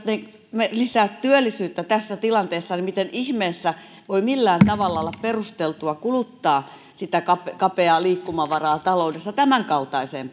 eivät ne lisää työllisyyttä tässä tilanteessa niin miten ihmeessä voi millään tavalla olla perusteltua kuluttaa sitä kapeaa kapeaa liikkumavaraa taloudessa tämänkaltaiseen